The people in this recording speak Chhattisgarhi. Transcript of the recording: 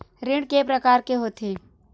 ऋण के प्रकार के होथे?